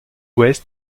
west